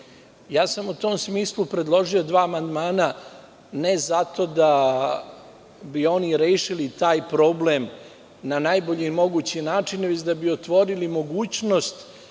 govorim.U tom smislu sam predložio dva amandmana, ne zato da bi oni rešili taj problem na najbolji mogući način, već da bi otvorili mogućnost